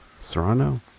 Serrano